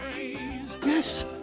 yes